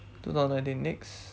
two thousand nineteen next